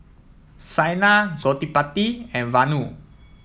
Saina Gottipati and Vanu